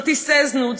כרטיסי זנות,